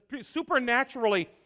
supernaturally